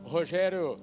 Rogério